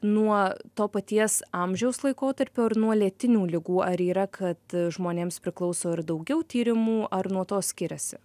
nuo to paties amžiaus laikotarpio ir nuo lėtinių ligų ar yra kad žmonėms priklauso ir daugiau tyrimų ar nuo to skiriasi